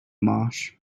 marsh